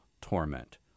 torment